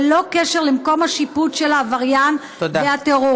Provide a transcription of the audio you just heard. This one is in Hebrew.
ללא קשר למקום השיפוט של העבריין והטרוריסט.